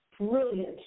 brilliant